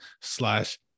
slash